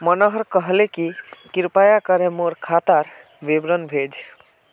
मनोहर कहले कि कृपया करे मोर खातार विवरण भेज